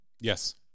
Yes